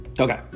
Okay